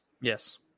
Yes